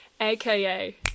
aka